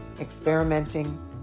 experimenting